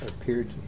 appeared